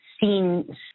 seen